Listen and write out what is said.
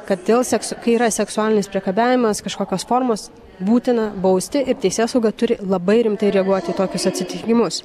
kad dėl sekso kai yra seksualinis priekabiavimas kažkokios formos būtina bausti ir teisėsauga turi labai rimtai reaguoti į tokius atsitikimus